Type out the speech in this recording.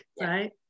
right